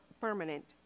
permanent